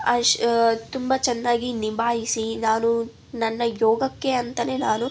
ಅಶ್ ತುಂಬ ಚೆನ್ನಾಗಿ ನಿಭಾಯಿಸಿ ನಾನು ನನ್ನ ಯೋಗಕ್ಕೆ ಅಂತ ನಾನು